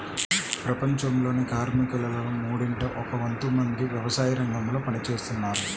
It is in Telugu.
ప్రపంచంలోని కార్మికులలో మూడింట ఒక వంతు మంది వ్యవసాయరంగంలో పని చేస్తున్నారు